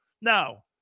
Now